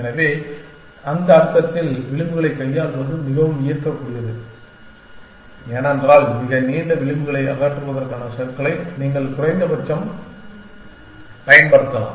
எனவே அந்த அர்த்தத்தில் விளிம்புகளைக் கையாள்வது மிகவும் ஈர்க்கக்கூடியது ஏனென்றால் மிக நீண்ட விளிம்புகளை அகற்றுவதற்கான சறுக்கலை நீங்கள் குறைந்தபட்சம் பயன்படுத்தலாம்